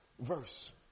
Verse